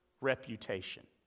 reputation